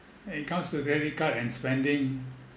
when it comes to the credit card and spending